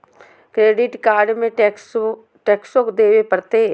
Credit card में टेक्सो देवे परते?